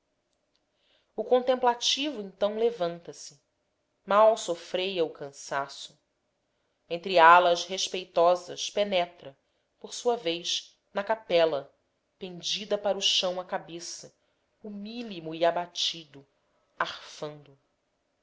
o contemplativo então levanta-se mal sofreia o cansaço entre alas respeitosas penetra por sua vez na capela pendida para o chão a cabeça humílimo e abatido arfando